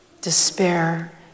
despair